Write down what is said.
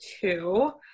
two